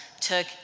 took